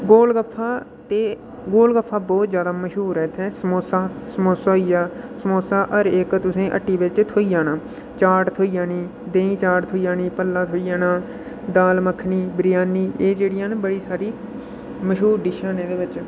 गोल गफ्फा ते गोल गफ्फा ते बड़ा गै जैदा मश्हूर ऐ इत्थै समोसा होइया समोसा तुसेंगी हर इक हट्टी बिच्च थ्होई जाना चॉट थ्होई जानी देहीं चॉट थ्होई जानी भल्ला थ्होई जाना दाल मक्खनी बिरयानी एह जेह्ड़ियां न बड़ियां सारियां मश्हूर डिशां न एह्दे बिच